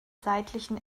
seitlichen